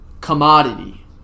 commodity